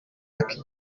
lucky